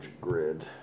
grid